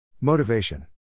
Motivation